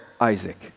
Isaac